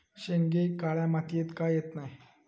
शेंगे काळ्या मातीयेत का येत नाय?